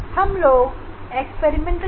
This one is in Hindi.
यह हम इस प्रकार से करेंगे